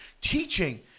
teaching